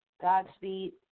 Godspeed